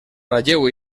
ratlleu